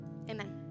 Amen